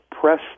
press